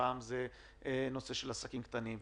פעם זה עסקים קטנים,